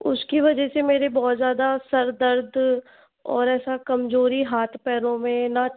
उसकी वजह से मेरे बहुत ज़्यादा सिर दर्द और ऐसा कमजोरी हाथ पैरों में है ना